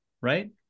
right